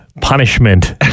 punishment